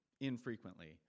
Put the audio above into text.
infrequently